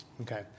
Okay